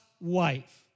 wife